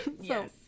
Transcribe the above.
yes